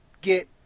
get